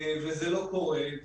אבל זה לא קורה.